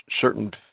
certain